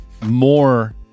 more